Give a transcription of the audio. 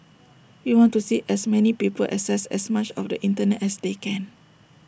we want to see as many people access as much of the Internet as they can